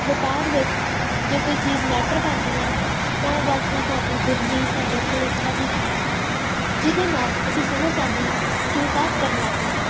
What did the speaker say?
ਵਪਾਰ ਵਿੱਚ ਜੇ ਕੋਈ ਚੀਜ਼ ਮੈਟਰ ਕਰਦੀ ਹੈ ਤਾਂ ਉਹ ਬਸ ਹੈ ਸਾਡੀ ਬੁੱਧੀ ਸਾਡੀ ਸੋਚ ਸਾਡੀ ਸਮਝ ਜਿਹਦੇ ਨਾਲ ਅਸੀਂ ਸਮਝ ਸਕਦੇ ਹਾਂ ਕਿ ਵਪਾਰ ਕਰਨਾ ਕਿਵੇਂ ਹੈ